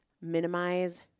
minimize